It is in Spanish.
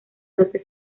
doce